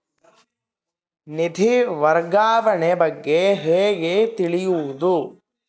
ನಿಧಿ ವರ್ಗಾವಣೆ ಬಗ್ಗೆ ಹೇಗೆ ತಿಳಿಯುವುದು?